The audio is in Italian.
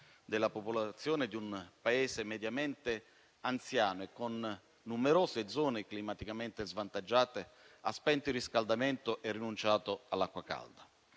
della popolazione di un Paese mediamente anziano e con numerose zone climaticamente svantaggiate ha spento il riscaldamento e rinunciato all'acqua calda.